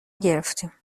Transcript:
گرفتیم